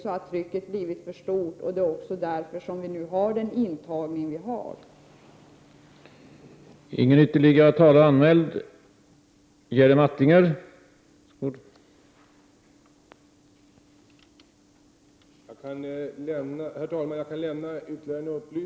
Det är ju därför som vi har den större antagning som vi har i dag.